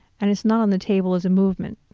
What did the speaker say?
and it's not on the table as a movement.